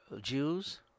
Jews